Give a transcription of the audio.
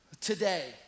today